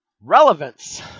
Relevance